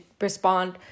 respond